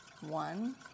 one